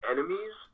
Enemies